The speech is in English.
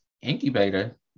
incubator